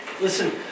Listen